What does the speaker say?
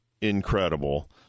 incredible